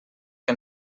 que